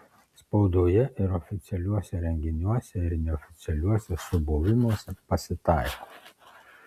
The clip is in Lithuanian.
spaudoje ir oficialiuose renginiuose ir neoficialiuose subuvimuose pasitaiko